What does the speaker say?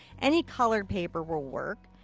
any colored paper will work.